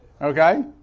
okay